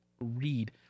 read